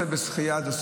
אני מעריך את הכנות שלך,